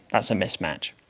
that's a mismatch.